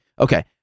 Okay